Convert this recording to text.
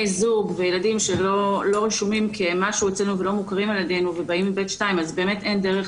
זוג שלא רשומים אצלנו ולא מוכרים על ידינו ובאים עם ב1 באמת אין דרך